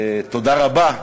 תודה רבה,